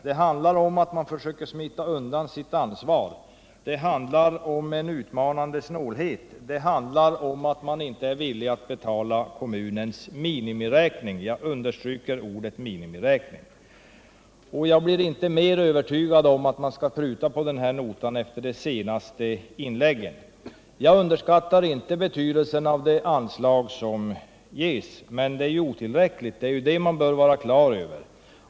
Det handlar om att man försöker smita undan sitt ansvar, det handlar om en utmanande snålhet och det handlar om att man inte är villig att betala kommunens minimiräkning — jag betonar ordet minimiräkning. Jag blir inte mer övertygad om att man bör pruta på notan efter de senaste inläggen. Jag underskattar inte betydelsen av det anslag som ges, men man måste ha klart för sig att det är otillräckligt.